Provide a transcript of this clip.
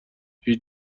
هیچ